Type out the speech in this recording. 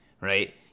right